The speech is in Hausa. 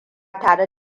tare